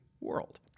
world